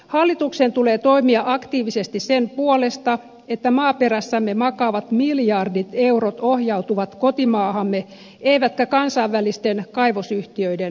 hallituksen tulee toimia aktiivisesti sen puolesta että maaperässämme makaavat miljardit eurot ohjautuvat kotimaahamme eivätkä kansainvälisten kaivosyhtiöiden taskuihin